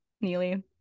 neely